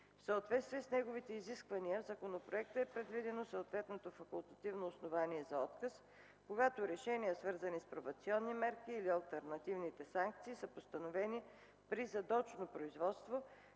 В съответствие с неговите изисквания в законопроекта е предвидено съответното факултативно основание за отказ, когато решения, свързани с пробационни мерки или алтернативните санкции, са постановени при задочно производство,